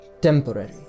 temporary